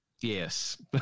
Yes